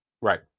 Right